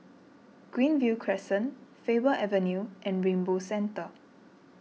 Greenview Crescent Faber Avenue and Rainbow Centre